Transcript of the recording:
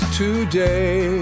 today